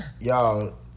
y'all